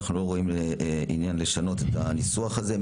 אנחנו לא רואים עניין לשנות את הניסוח הזה.